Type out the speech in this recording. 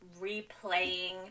replaying